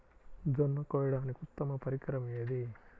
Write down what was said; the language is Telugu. జొన్న కోయడానికి ఉత్తమ పరికరం ఏది?